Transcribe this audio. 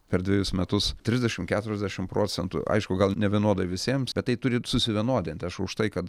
per dvejus metus trisdešimt keturiasdešimt procentų aišku gal nevienodai visiems bet tai turi susivienodinti aš už tai kad